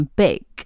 big